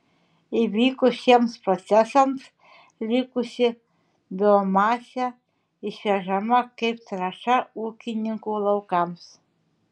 įvykus šiems procesams likusi biomasė išvežama kaip trąša ūkininkų laukams